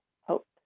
hope